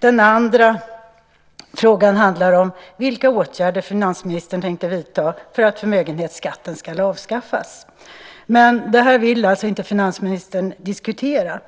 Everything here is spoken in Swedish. Den andra frågan handlar om vilka åtgärder finansministern tänker vidta för att förmögenhetsskatten ska avskaffas. Men detta vill finansministern alltså inte diskutera.